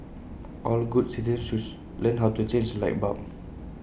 all good citizens should learn how to change A light bulb